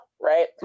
right